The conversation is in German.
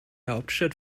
hauptstadt